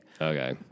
Okay